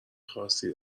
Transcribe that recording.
خاصی